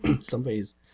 somebody's